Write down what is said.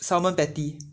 salmon patty